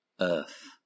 earth